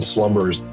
Slumbers